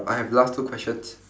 uh I have last two questions